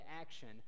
action